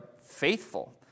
faithful